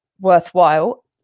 worthwhile